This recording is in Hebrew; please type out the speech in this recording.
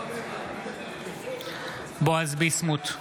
בהצבעה בועז ביסמוט,